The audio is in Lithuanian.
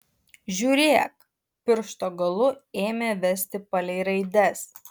žiūrėk piršto galu ėmė vesti palei raides